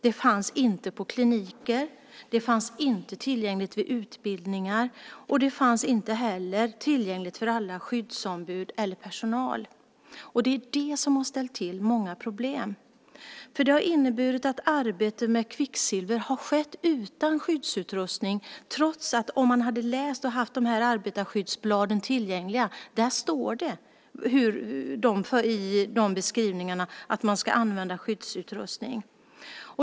Det fanns inte på kliniker, det fanns inte tillgängligt vid utbildningar och det fanns heller inte tillgängligt för alla skyddsombud eller all personal. Det är det som har ställt till många problem, för det har inneburit att arbete med kvicksilver har skett utan skyddsutrustning. Om man hade haft arbetarskyddsbladen tillgängliga hade man kunnat läsa i föreskrifterna att man ska använda skyddsutrustning.